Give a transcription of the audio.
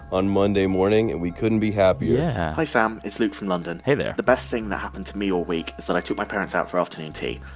on monday morning. and we couldn't be happier yeah hi, sam. it's luke from london hey there the best thing that happened to me all week was that i took my parents out for afternoon tea.